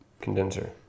Condenser